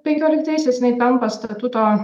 penkioliktaisiais jinai tampa statuto